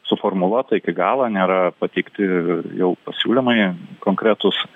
suformuluota iki galo nėra pateikti jau pasiūlymai konkretūs